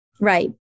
Right